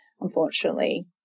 unfortunately